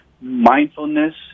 Mindfulness